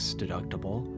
deductible